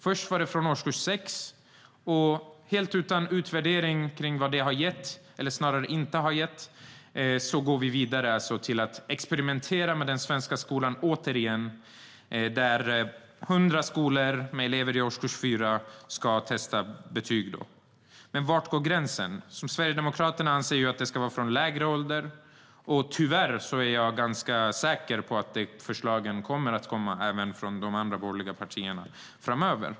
Först var det betyg från årskurs 6, och helt utan utvärdering av vad det gett, eller snarare inte gett, går vi vidare till att experimentera med den svenska skolan genom att hundra skolor med elever i årskurs 4 ska testa betyg. Var går gränsen? Sverigedemokraterna anser att det ska vara från lägre ålder. Tyvärr är jag ganska säker på att de förslagen kommer att komma även från de andra borgerliga partierna framöver.